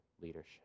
leadership